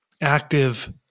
active